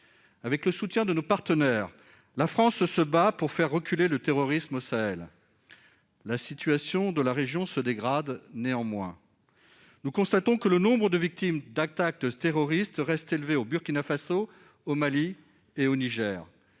Avec le soutien de ses partenaires, la France se bat pour faire reculer le terrorisme au Sahel. Néanmoins, la situation de la région se dégrade. Nous constatons que le nombre de victimes d'attaques terroristes reste élevé au Burkina Faso, au Mali et au Niger.